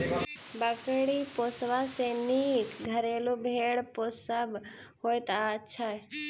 बकरी पोसबा सॅ नीक घरेलू भेंड़ पोसब होइत छै